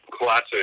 Classic